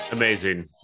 Amazing